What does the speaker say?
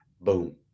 boom